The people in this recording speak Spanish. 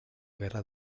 guerra